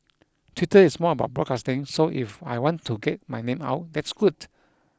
Twitter is more about broadcasting so if I want to get my name out that's good